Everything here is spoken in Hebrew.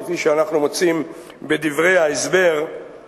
כפי שאנחנו מוצאים בדברי ההסבר,